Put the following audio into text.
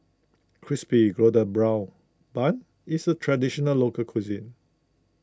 Crispy Golden Brown Bun is a Traditional Local Cuisine